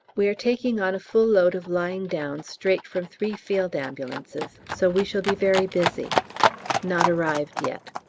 we are taking on a full load of lying-downs straight from three field ambulances, so we shall be very busy not arrived yet.